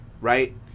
right